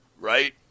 right